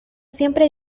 siempre